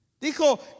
Dijo